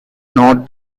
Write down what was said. not